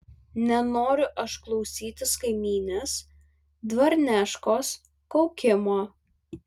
nenoriu aš klausytis kaimynės dvarneškos kaukimo